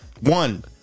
one